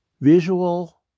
Visual